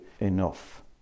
enough